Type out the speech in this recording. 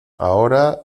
ahora